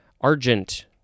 argent